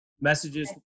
messages